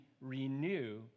renew